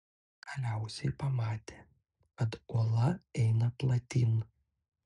galiausiai pamatė kad ola eina platyn